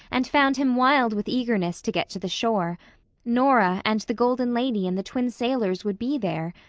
and found him wild with eagerness to get to the shore nora and the golden lady and the twin sailors would be there.